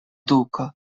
duko